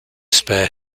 spare